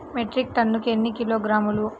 Metric టన్నుకు ఎన్ని కిలోగ్రాములు?